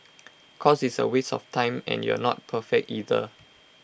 cause it's A waste of time and you're not perfect either